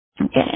Okay